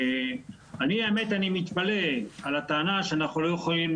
האמת שאני מתפלא על הטענה שאנחנו לא יכולים